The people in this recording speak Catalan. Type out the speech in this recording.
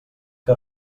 que